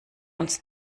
uns